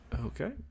Okay